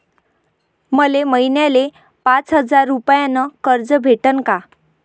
मले महिन्याले पाच हजार रुपयानं कर्ज भेटन का?